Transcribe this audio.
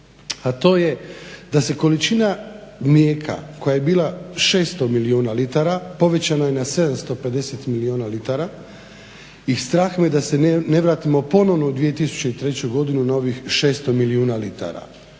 a to je da se količina mlijeka koja je bila 600 milijuna litara povećana je na 750 milijuna litara i strah me da se ne vratimo ponovno u 2003. godinu na ovih 600 milijuna litara.